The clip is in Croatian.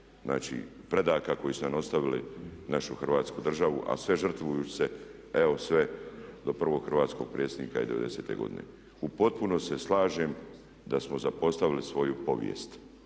znači predaka koji su nam ostavili našu Hrvatsku državu, a sve žrtvujući se evo sve do prvog hrvatskog predsjednika i devedesete godine. U potpunosti se slažem da smo zapostavili svoju povijest